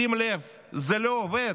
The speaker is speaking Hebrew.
שים לב, זה לא עובד.